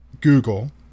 Google